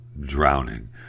drowning